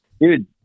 Dude